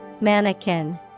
Mannequin